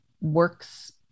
works